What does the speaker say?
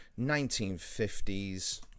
1950s